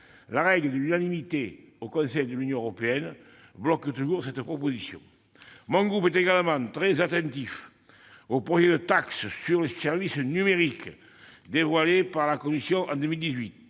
la règle de l'unanimité au Conseil de l'Union européenne bloque toujours cette proposition. Mon groupe est également très attentif au projet de taxe sur les services numériques, dévoilé par la Commission en 2018.